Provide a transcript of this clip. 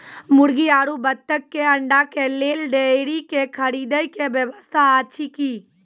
मुर्गी आरु बत्तक के अंडा के लेल डेयरी के खरीदे के व्यवस्था अछि कि?